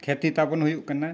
ᱠᱷᱮᱛᱤ ᱛᱟᱵᱚᱱ ᱦᱩᱭᱩᱜ ᱠᱟᱱᱟ